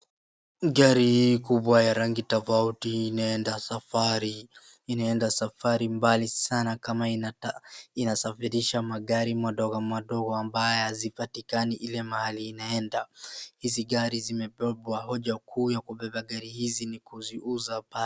Gari hii kubwa ya rangi tofauti inaenda safari, inaenda safari mbali sana kama inataka inasafirisha magari madogo madogo ambaye hazipatikani ile mahali inaenda, hizi gari zimebebwa, hoja kuu ya kubeba magari hizi ni kuziuza pale.